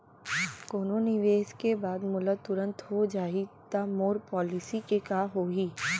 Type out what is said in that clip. कोनो निवेश के बाद मोला तुरंत हो जाही ता मोर पॉलिसी के का होही?